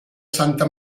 santa